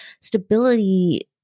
Stability